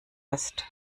ist